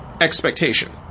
expectation